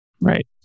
Right